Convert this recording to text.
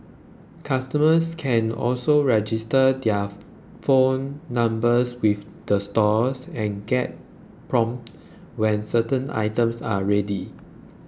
customers can also register their phone numbers with the stores and get prompted when certain items are ready